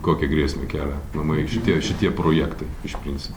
kokią grėsmę kelia aplamai šitie šitie projektai iš principo